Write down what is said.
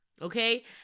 okay